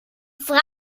fragt